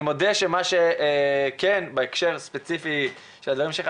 אני מודה שבהקשר הספציפי של הדברים שאמרת,